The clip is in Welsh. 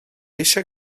eisiau